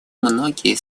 многие